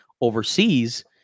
overseas